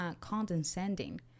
condescending